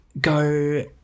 go